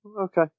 okay